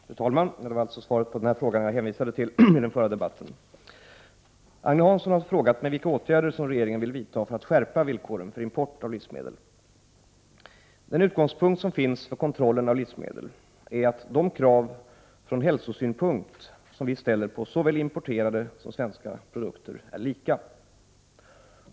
Fru talman! Agne Hansson har frågat mig vilka åtgärder regeringen vill vidta för att skärpa villkoren för import av livsmedel. Det var alltså till svaret på denna fråga jag hänvisade i den förra frågedebatten. Den utgångspunkt som finns för kontrollen av livsmedel är att de krav från hälsosynpunkt som vi ställer på såväl importerade som svenska produkter är lika.